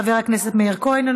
חבר הכנסת מיכאל מלכיאלי,